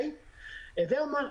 הווה אומר,